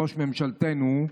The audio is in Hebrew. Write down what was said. ראש ממשלתנו,